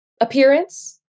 appearance